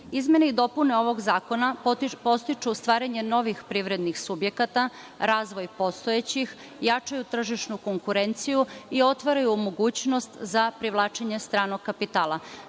Izmene i dopune ovog zakona podstiču stvaranje novih privrednih subjekata, razvoj postojećih, jačaju tržišnu konkurenciju i otvaraju mogućnost za privlačenje stranog kapitala.